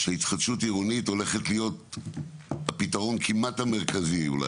שהתחדשות עירונית הולכת להיות הפתרון המוביל,